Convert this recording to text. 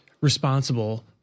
responsible